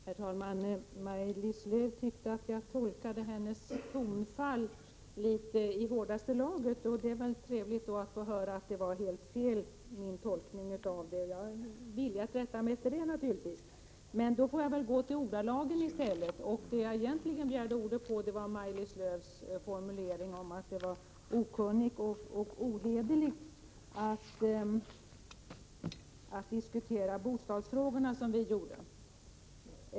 Herr talman! Maj-Lis Lööw tyckte att min tolkning av hennes tonfall var i hårdaste laget. Det är trevligt att höra att min tolkning var helt felaktig. Det som egentligen fick mig att begära ordet var Maj-Lis Lööws formulering att det var okunnigt och ohederligt att diskutera bostadsfrågorna på det sätt som vi gjorde.